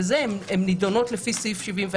הן נידונות לפי סעיף 74